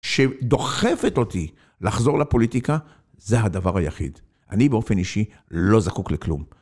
שדוחפת אותי לחזור לפוליטיקה, זה הדבר היחיד. אני באופן אישי לא זקוק לכלום.